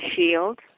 shield